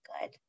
good